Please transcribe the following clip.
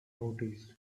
noticed